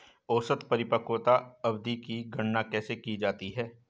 औसत परिपक्वता अवधि की गणना कैसे की जाती है?